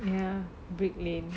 ya brick lane